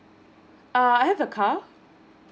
err I have a car